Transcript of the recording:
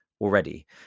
already